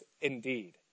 indeed